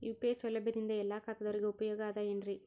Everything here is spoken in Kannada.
ಯು.ಪಿ.ಐ ಸೌಲಭ್ಯದಿಂದ ಎಲ್ಲಾ ಖಾತಾದಾವರಿಗ ಉಪಯೋಗ ಅದ ಏನ್ರಿ?